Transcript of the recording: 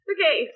Okay